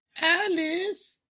Alice